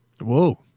Whoa